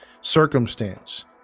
circumstance